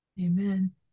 Amen